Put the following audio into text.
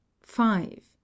Five